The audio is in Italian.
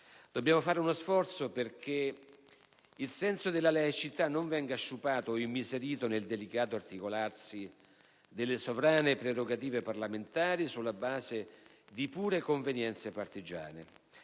Dobbiamo fare uno sforzo perché il senso della laicità non venga sciupato o immiserito, nel delicato articolarsi delle sovrane prerogative parlamentari, sulla base di pure convenienze partigiane.